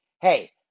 Hey